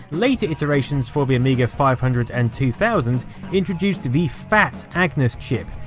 later iterations for the amiga five hundred and two thousand introduced the fat agnus chip,